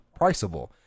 priceable